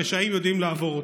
הרשעים יודעים לעבור אותן.